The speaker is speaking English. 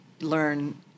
learn